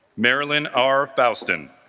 marilyn our thousand